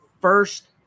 first